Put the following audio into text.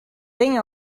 thing